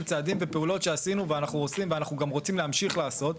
צעדים ופעולות שעשינו ואנחנו עושים ואנחנו גם רוצים להמשיך לעשות,